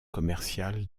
commercial